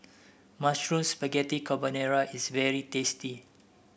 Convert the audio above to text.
Mushroom Spaghetti Carbonara is very tasty